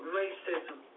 racism